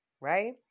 right